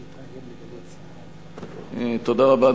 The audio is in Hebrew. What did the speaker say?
תודה רבה,